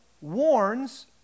warns